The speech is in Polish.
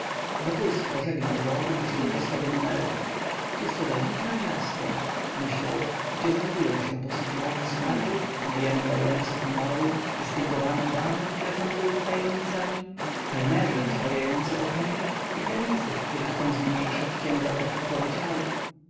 wokulski pożegnał go i poszedł do swego numeru cóżto za dziwne miasto myślał gdzie znajdują się poszukiwacze skarbów najemni obrońcy honoru dystyngowane damy które handlują tajemnicami kelnerzy rozprawiający o chemii i chemicy którzy chcą zmniejszać ciężar gatunkowy ciał